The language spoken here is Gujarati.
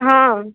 હા